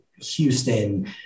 Houston